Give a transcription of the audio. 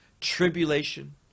tribulation